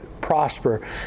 prosper